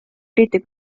eriti